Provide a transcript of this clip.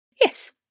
Yes